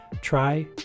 try